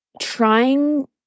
trying